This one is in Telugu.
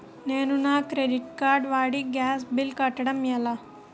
నేను నా క్రెడిట్ కార్డ్ వాడి గ్యాస్ బిల్లు కట్టడం ఎలా?